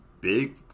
big